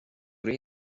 grey